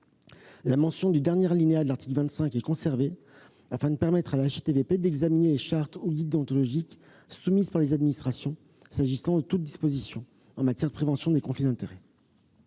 La mention du dernier alinéa de l'article 25 est conservée, afin de permettre à la HATVP d'examiner les chartes ou guides déontologiques soumis par les administrations, en particulier toute disposition en matière de prévention des conflits d'intérêts.